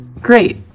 Great